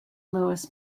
louis